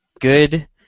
good